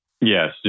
Yes